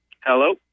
Hello